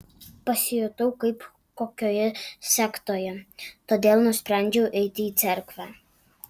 pasijutau kaip kokioje sektoje todėl nusprendžiau eiti į cerkvę